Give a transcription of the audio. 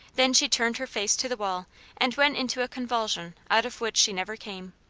then she turned her face to the wall and went into a convulsion out of which she never came.